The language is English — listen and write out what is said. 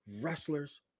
wrestlers